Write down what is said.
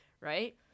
right